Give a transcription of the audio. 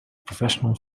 professional